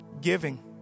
Giving